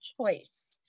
choice